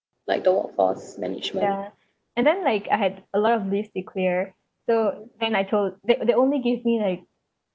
ya and then like I had a lot of leaves to clear so and I told they they only give me like